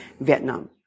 Vietnam